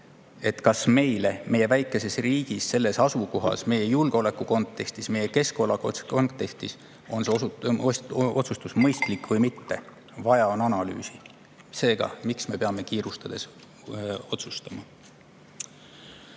kas meile meie väikeses riigis, selles asukohas, meie julgeolekukontekstis, meie keskkonnakontekstis on see otsustus mõistlik või mitte. Vaja on analüüsi. Seega, miks me peame kiirustades otsustama?